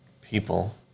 people